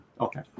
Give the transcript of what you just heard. Okay